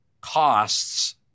Costs